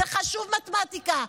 זה חשוב מתמטיקה,